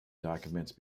documents